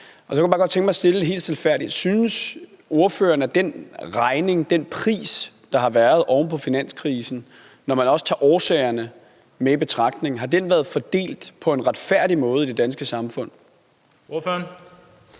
Og så kunne jeg bare godt tænke mig at spørge helt stilfærdigt: Synes ordføreren, at regningen – altså den pris, der har været oven på finanskrisen, når man også tager årsagerne med i betragtning – har været fordelt på en retfærdig måde i det danske samfund? Kl.